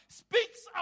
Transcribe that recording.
speaks